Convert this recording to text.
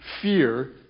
fear